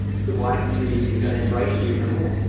the wider community is going to embrace him even more.